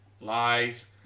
Lies